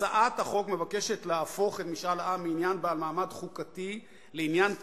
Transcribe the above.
הצעת החוק מבקשת להפוך את משאל העם מעניין בעל מעמד חוקתי לעניין טכני,